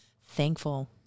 thankful